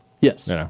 Yes